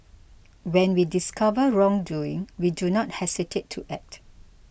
when we discover wrongdoing we do not hesitate to act